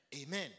Amen